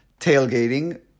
tailgating